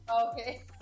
Okay